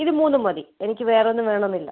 ഇത് മൂന്നും മതി എനിക്ക് വേറെയൊന്നും വേണമെന്നില്ല